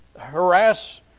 harass